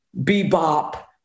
bebop